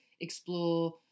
Explore